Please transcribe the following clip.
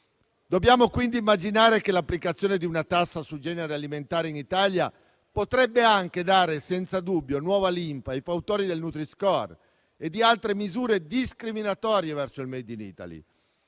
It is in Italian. Dobbiamo quindi immaginare che l'applicazione di una tassa sui generi alimentari in Italia potrebbe anche dare nuova linfa ai fautori del Nutri-score e di altre misure discriminatorie verso il *made in Italy*.